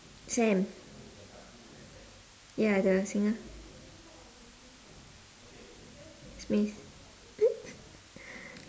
sam ya the singer smith